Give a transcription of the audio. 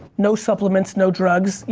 no supplements, no drugs.